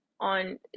on